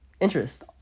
interest